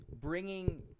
Bringing